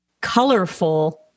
colorful